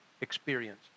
experience